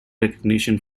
recognition